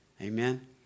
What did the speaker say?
Amen